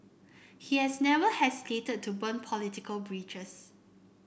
he has never hesitated to burn political bridges